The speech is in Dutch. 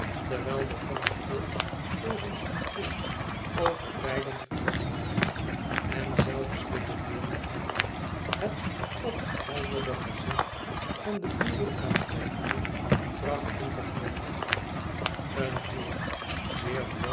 terwijl de constables volgens hun plicht over beiden verrukt waren en zelfs de bedeelde armen het opgehelderde gezicht van den beadle aankijkende trachtten te glimlachen een heer